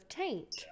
taint